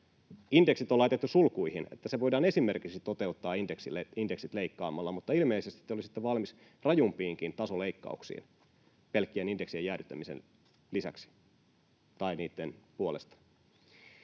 Indeksit on siinä laitettu sulkuihin, että se voidaan esimerkiksi toteuttaa indeksit leikkaamalla, mutta ilmeisesti te olisitte valmiit rajumpiinkin tasoleikkauksiin pelkkien indeksien jäädyttämisten lisäksi tai niitten puolesta.